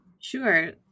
Sure